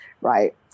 right